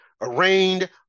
arraigned